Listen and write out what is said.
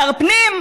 שר פנים,